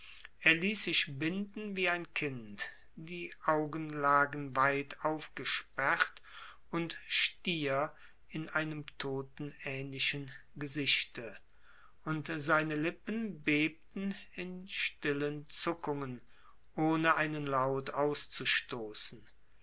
er ließ sich binden wie ein kind die augen lagen weit aufgesperrt und stier in einem totenähnlichen gesichte und seine lippen bebten in stillen zuckungen ohne einen laut auszustoßen